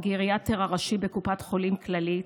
הגריאטר הראשי בקופת חולים כללית,